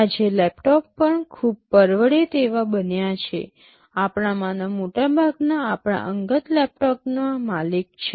આજે લેપટોપ ખૂબ પરવડે તેવા બન્યા છે આપણામાંના મોટાભાગના આપણા અંગત લેપટોપના માલિક છે